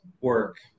work